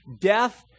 death